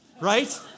right